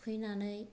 थुखैनानै